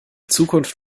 zukunft